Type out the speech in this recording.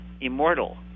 immortal